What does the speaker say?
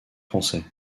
français